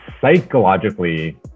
psychologically